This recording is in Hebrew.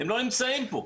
הם לא נמצאים פה.